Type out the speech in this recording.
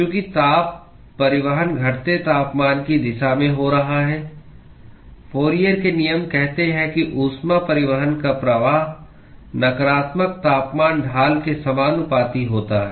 चूंकि ताप परिवहन घटते तापमान की दिशा में हो रहा है फूरियर के नियम कहते हैं कि ऊष्मा परिवहन का प्रवाह नकारात्मक तापमान ढाल के समानुपाती होता है